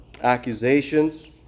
accusations